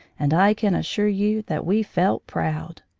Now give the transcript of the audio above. and i can assure you that we felt proud.